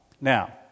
Now